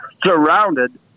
surrounded